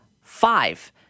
five